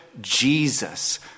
Jesus